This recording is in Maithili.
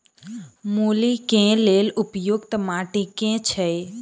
मूली केँ लेल उपयुक्त माटि केँ छैय?